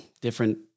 different